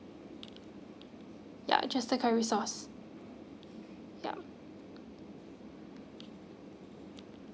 ya just the curry sauce yup